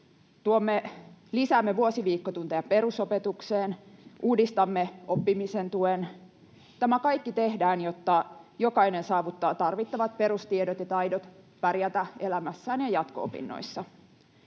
lisäämme vuosiviikkotunteja perusopetukseen, uudistamme oppimisen tuen. Tämä kaikki tehdään, jotta jokainen saavuttaa tarvittavat perustiedot ja ‑taidot pärjätä elämässään ja jatko-opinnoissa.